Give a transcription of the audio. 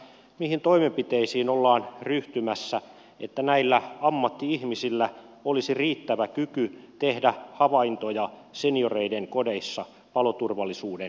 mihin toimenpiteisiin ollaan ryhtymässä että näillä ammatti ihmisillä olisi riittävä kyky tehdä havaintoja senioreiden kodeissa paloturvallisuuden edistämiseksi